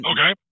Okay